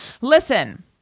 Listen